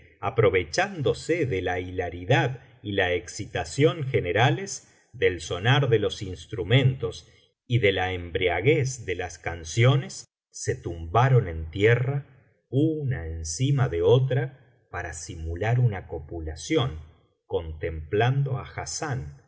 aprovechándose de la hilaridad y la excitación generales del sonar de los instrumentos y de la embriaguez de las canciones se tumbaron en tierra una encima de otra para simular una copulación contemplando á hassán